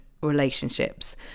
relationships